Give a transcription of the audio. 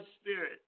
spirit